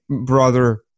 brother